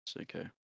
Okay